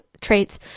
traits